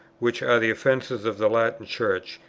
which are the offence of the latin church,